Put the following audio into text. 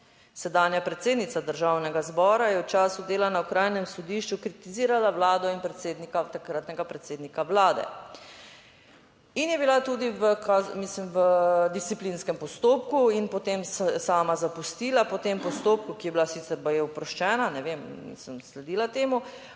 sedanja predsednica Državnega zbora je v času dela na Okrajnem sodišču kritizirala Vlado in predsednika, takratnega predsednika Vlade in je bila tudi v, mislim, v disciplinskem postopku in potem je sama zapustila po tem postopku, ki je bila sicer baje oproščena, ne vem, nisem sledila temu,